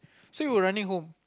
so you were running home